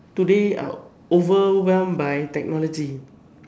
today uh overwhelmed by technology